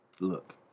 Look